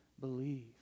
believe